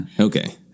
Okay